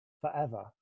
forever